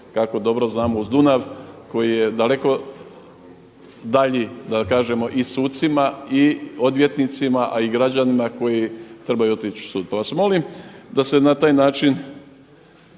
kako dobro znamo uz Dunav koji je daleko dalji i sucima i odvjetnicima, a i građanima koji trebaju otići u sud. Pa vas molim da se na taj način,